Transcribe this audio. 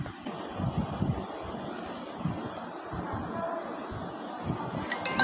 paste management అనేది పర్యావరణ వ్యవస్థను పరిగణలోకి తీసుకొని శక్తిమంతంగా పనిచేస్తుంది